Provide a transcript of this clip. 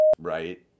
Right